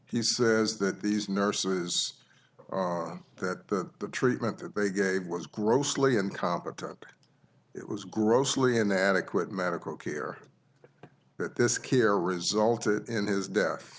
he says that these nurses that the treatment that they gave was grossly incompetent it was grossly inadequate medical care that this care resulted in his death